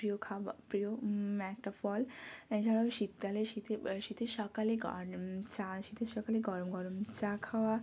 প্রিয় খাবার প্রিয় একটা ফল এছাড়াও শীতকালে শীতে শীতের সকালে গরম চা শীতের সকালে গরম গরম চা খাওয়া